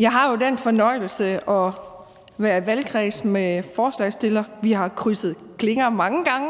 Jeg har jo den fornøjelse at være i valgkreds med ordføreren for forslagsstillerne. Vi har krydset klinger mange gange.